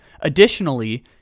Additionally